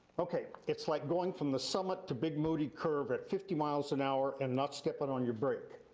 okay, it's like going from the summit to big moody curve at fifty miles an hour and not stepping on your brake.